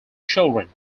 children